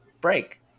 break